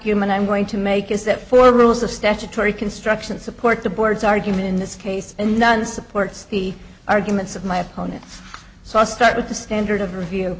gument i'm going to make is that for rules of statutory construction support the board's argument in this case and none supports the arguments of my opponents so i start with the standard of review